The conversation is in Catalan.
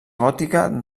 gòtica